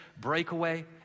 Breakaway